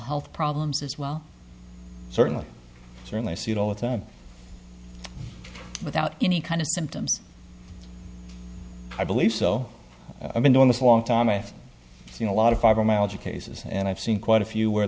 health problems as well certainly certainly i see it all the time without any kind of symptoms i believe so i've been doing this a long time i've seen a lot of fibromyalgia cases and i've seen quite a few where